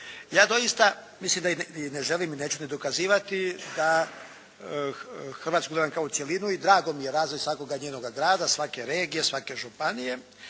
Ja doista, mislim i ne želim i neću dokazivati da Hrvatsku gledam kao cjelinu i drago mi je razvoj svakoga njenoga grada, svake regije, svake županije,